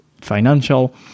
financial